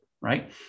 right